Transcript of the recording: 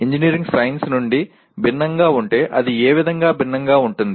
engineering science నుండి భిన్నంగా ఉంటే అది ఏ విధంగా భిన్నంగా ఉంటుంది